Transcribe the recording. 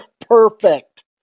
Perfect